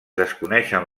desconeixen